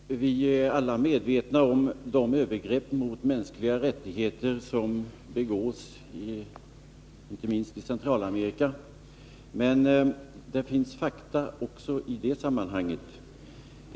Herr talman! Vi är alla medvetna om de övergrepp när det gäller mänskliga rättigheter som begås inte minst i Centralamerika. Men det finns fakta också i det sammanhanget.